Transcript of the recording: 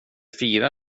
fira